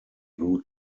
grew